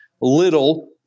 little